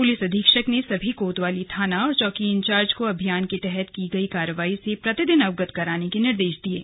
police अधीक्षक ने सभी कोतवाली थाना और चौकी इंचार्ज को अभियान के तहत की गई कार्रवाई से प्रतिदिन अवगत कराने के निर्देश दिए हैं